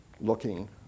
looking